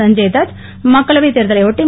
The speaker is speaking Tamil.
சஞ்சய் தத் மக்களவைத் தேர்தலை ஒட்டி